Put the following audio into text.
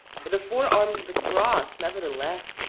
but the four arms of the cross, nevertheless,